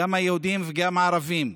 גם היהודים וגם הערבים: